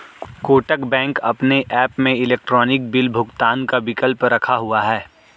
Kotak bank अपने app में electronic bill भुगतान का विकल्प रखा हुआ है